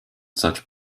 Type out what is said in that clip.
such